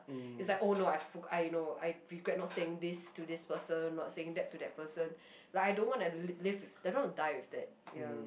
it's like oh no I forg~ I no I regret not saying this to this person not saying that to that person like I don't want to live I don't want to die with that ya